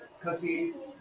cookies